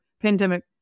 pandemic